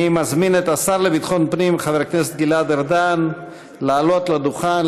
אני מזמין את השר לביטחון הפנים חבר הכנסת גלעד ארדן לעלות לדוכן,